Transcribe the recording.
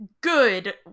good